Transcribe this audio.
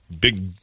Big